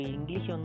English